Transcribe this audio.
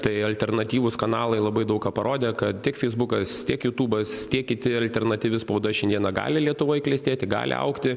tai alternatyvūs kanalai labai daug ką parodė kad tiek feisbukas tiek jutubas tiek kiti alternatyvi spauda šiandieną gali lietuvoj klestėti gali augti